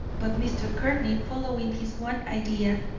but mr. courtney, following his one idea,